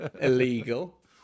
Illegal